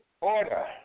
order